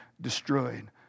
destroyed